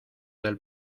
del